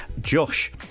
Josh